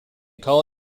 call